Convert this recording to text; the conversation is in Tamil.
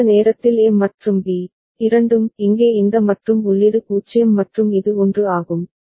அந்த நேரத்தில் A மற்றும் B இரண்டும் இங்கே இந்த மற்றும் உள்ளீடு 0 மற்றும் இது 1 ஆகும்